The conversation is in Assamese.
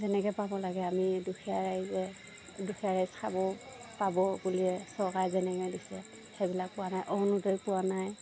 যেনেকে পাব লাগে আমি দুখীয়া ৰাইজ দুখীয়া ৰাইজ খাব পাব বুলি চৰকাৰে যেনেকে দিছে সেইবিলাক পোৱা নাই অৰুণোদয় পোৱা নাই